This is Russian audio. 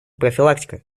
профилактика